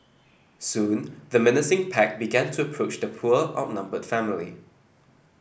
soon the menacing pack began to approach the poor outnumbered family